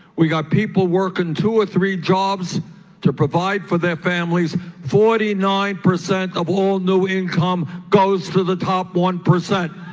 we got people working two or three jobs to provide for their families forty nine percent of all new income goes to the top one percent?